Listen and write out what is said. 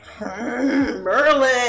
Merlin